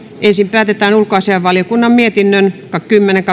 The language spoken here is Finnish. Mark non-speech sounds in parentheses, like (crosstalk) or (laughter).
ensin päätetään ulkoasiainvaliokunnan mietinnön kymmenen (unintelligible)